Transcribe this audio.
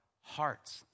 hearts